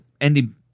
ending